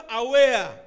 aware